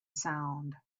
sound